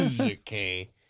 okay